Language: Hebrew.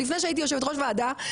עוד לפני שהייתי יושבת ראש ועדה.